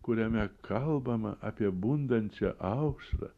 kuriame kalbama apie bundančią aušrą